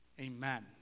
Amen